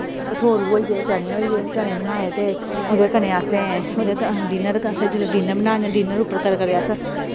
भठोरू होइये चने होइये चने बनाये ते ओह्दे कन्नै असें ओह्दे कन्नै जिल्लै डिनर बनाने डिनर उप्पर कदे कदे अस